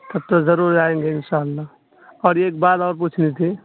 تب تو ضرور آئیں گے ان شاء اللہ اور ایک بات اور پوچھنی تھی